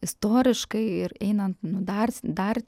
istoriškai ir einant nu dars dar